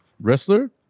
wrestler